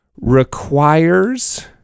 requires